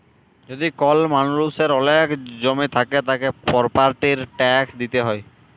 যদি কল মালুষের ওলেক জমি থাক্যে, তাকে প্রপার্টির ট্যাক্স দিতে হ্যয়